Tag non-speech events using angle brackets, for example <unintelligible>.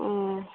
ᱚ <unintelligible>